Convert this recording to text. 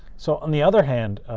so on the other hand,